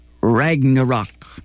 Ragnarok